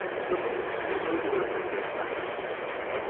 from this you may be able to guess my conclusions,